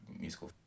musical